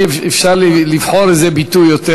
אפשר לבחור איזה ביטוי יותר,